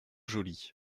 joli